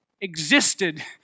existed